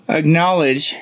acknowledge